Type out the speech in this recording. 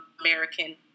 American